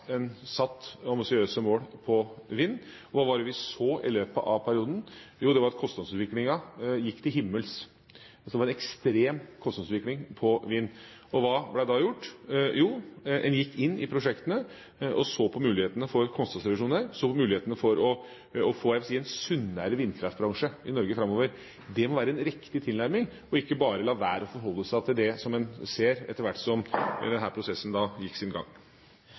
en satte ambisiøse mål på vind. Hva var det vi så i løpet av perioden? Jo, det var at kostnadsutviklingen gikk til himmels, at det var ekstrem kostnadsutvikling på vind. Hva ble da gjort? Jo, en gikk inn i prosjektene og så på mulighetene for kostnadsreduksjoner, så på mulighetene for å få, jeg vil si en sunnere vindkraftbransje i Norge framover. Det må være en riktig tilnærming, og ikke bare la være å forholde seg til det som en så etter hvert som prosessen gikk sin gang.